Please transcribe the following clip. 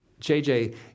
JJ